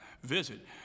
visit